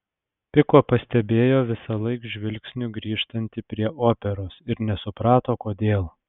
piko pastebėjo visąlaik žvilgsniu grįžtanti prie operos ir nesuprato kodėl